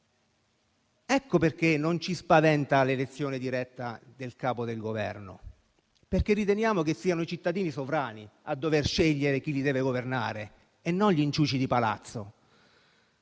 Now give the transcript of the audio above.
Ecco perché non ci spaventa l'elezione diretta del Capo del Governo, perché riteniamo che siano i cittadini sovrani a dover scegliere chi li deve governare e non gli inciuci di palazzo.